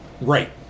Right